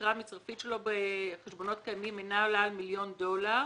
שהיתרה המצרפית שלו בחשבונות קיימים אינה עולה על מיליון דולר